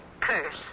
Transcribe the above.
curse